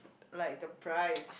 like the price